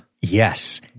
Yes